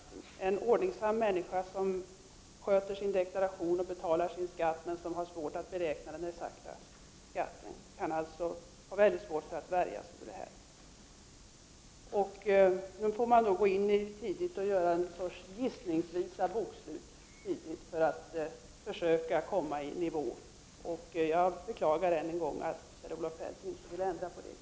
Även för en ordningsam person, som sköter sin deklaration och betalar sin skatt, men som har svårt att exakt beräkna denna kan det vara svårt att undvika avgiften. Man tvingas nu tidigt försöka göra upp ett slags bokslut gissningsvis för att räkna ut storleken av sin skatt. Jag beklagar än en gång att Kjell-Olof Feldt inte vill ändra på reglerna.